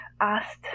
asked